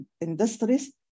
industries